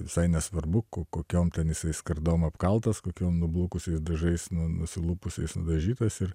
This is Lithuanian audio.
visai nesvarbu ko kokiom ten jisai skardom apkaltas kokiom nublukusiais dažais nu nusilupusiais nudažytas ir